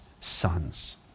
sons